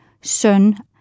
son